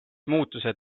muutused